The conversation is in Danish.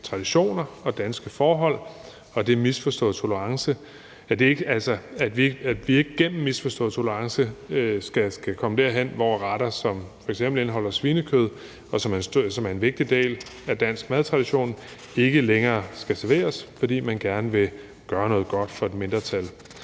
traditioner og danske forhold, og at vi ikke gennem misforstået tolerance skal komme derhen, hvor retter, som f.eks. indeholder svinekød, og som er en vigtig del af dansk madtradition, ikke længere skal serveres, fordi man gerne vil gøre noget godt for et mindretal.